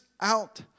out